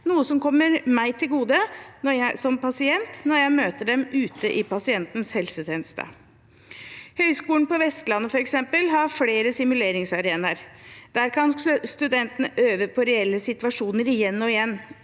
noe som kommer meg til gode som pasient når jeg møter dem ute i pasientens helsetjeneste. Høgskolen på Vestlandet har f.eks. flere simuleringsarenaer. Der kan studentene øve på reelle situasjoner igjen og igjen